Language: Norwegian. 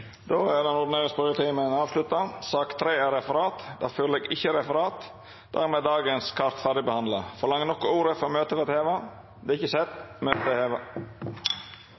Då er den ordinære spørjetimen avslutta. Det ligg ikkje føre noko referat. Dermed er dagens kart behandla ferdig. Ber nokon om ordet før møtet vert heva? – Møtet er heva.